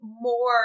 more